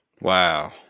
Wow